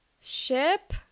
Ship